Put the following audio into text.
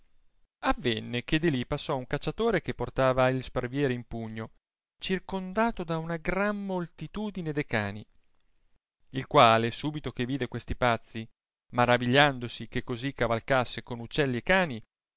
avenne che de lì passò un cacciatore che portava il sparaviere in pugno circondato da gran moltitudine de cani il quale subito che vide questi pazzi maravigliandosi che così cavalcasse con uccelli e cani